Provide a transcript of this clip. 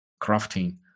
crafting